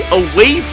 away